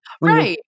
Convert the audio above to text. Right